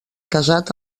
casat